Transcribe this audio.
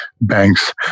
banks